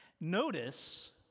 notice